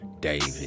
David